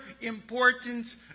important